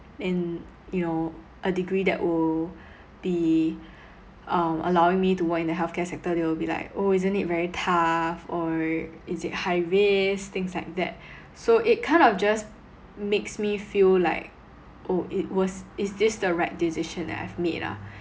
in you know a degree that will be um allowing me to work in the healthcare sector they will be like oh isn't it very tough or is it high risk things like that so it kind of just makes me feel like oh it was is this the right decision that I've made ah